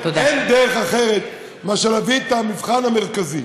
אין דרך אחרת מאשר להביא את המבחן המרכזי.